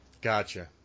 Gotcha